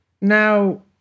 Now